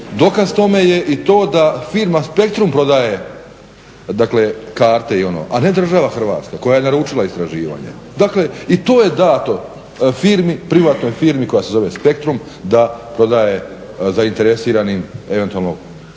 Dokaz tome je i to da firma Spektrum prodaje karte i ono, a ne država Hrvatska koja je naručila istraživanje. Dakle i to je dato firmi privatnoj firmi koja se zove Spektrum da prodaje zainteresiranim eventualno